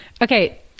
Okay